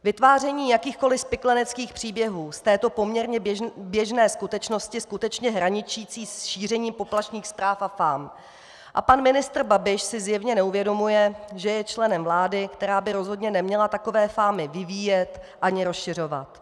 Vytváření jakýchkoliv spikleneckých příběhů z této poměrně běžné skutečnosti skutečně hraničí s šířením poplašných zpráv a pan ministr Babiš si zjevně neuvědomuje, že je členem vlády, která by rozhodně neměla takové fámy vyvíjet ani rozšiřovat.